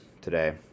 today